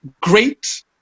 great